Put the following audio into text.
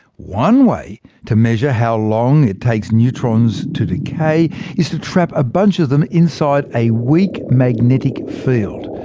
one way to measure how long it takes neutrons to decay is to trap a bunch of them inside a weak magnetic and field.